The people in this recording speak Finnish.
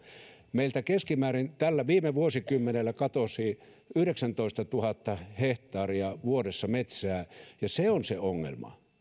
meiltä keskimäärin tällä viime vuosikymmenellä katosi yhdeksäntoistatuhatta hehtaaria metsää vuodessa se on se ongelma